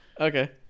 Okay